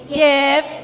give